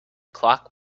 clock